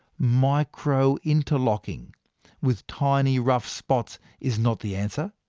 microinterlocking with tiny rough spots is not the answer,